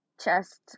chest